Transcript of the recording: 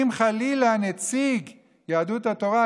אם חלילה נציג יהדות התורה,